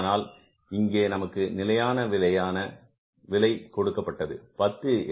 ஆனால் இங்கே நமக்கு நிலையான விலையாக கொடுக்கப்பட்டது 10